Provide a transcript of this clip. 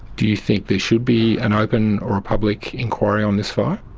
do you think there should be an open or a public inquiry on this fire?